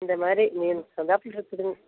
இந்தமாதிரி மீனுக்கு தகுந்தாப்பில இருக்குதுங்க